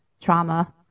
trauma